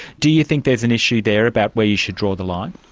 do you think there's an issue there about where you should draw the line?